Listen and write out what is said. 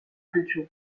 culture